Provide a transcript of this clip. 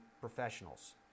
professionals